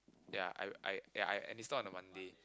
ya I I ya I and it's not on a Monday